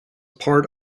part